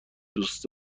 دوست